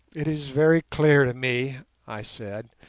it is very clear to me i said,